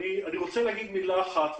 אני רוצה להגיד מילה אחת,